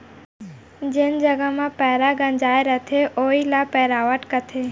जेन जघा म पैंरा गंजाय रथे वोइ ल पैरावट कथें